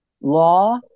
law